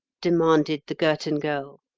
demanded the girton girl.